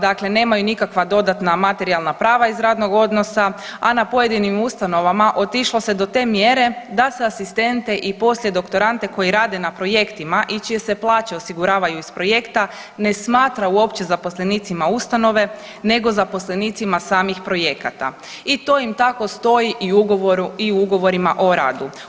Dakle nemaju nikakva dodatna materijalna prava iz radnog odnosa, a na pojedinim ustanovama otišlo se do te mjere da se asistente i poslijedoktorande koji rade na projektima i čije se plaće osiguravaju iz projekta ne smatra uopće zaposlenicima ustanove nego zaposlenicima samih projekata i to im tako stoji i ugovorima o radu.